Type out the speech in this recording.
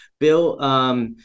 Bill